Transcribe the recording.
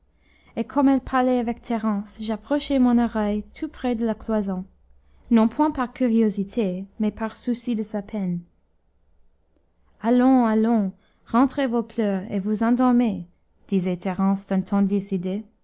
et comme elle parlait avec thérence j'approchai mon oreille tout près de la cloison non point par curiosité mais par souci de sa peine allons allons rentrez vos pleurs et vous endormez